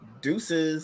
Deuces